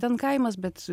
ten kaimas bet